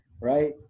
Right